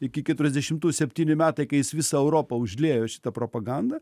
iki keturiasdešimtų septyni metai kai jis visą europą užliejo šita propaganda